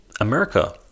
america